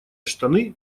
штаны